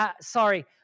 sorry